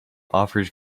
offers